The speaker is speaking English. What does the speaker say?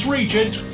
Regent